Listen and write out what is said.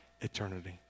eternity